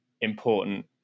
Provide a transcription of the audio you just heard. important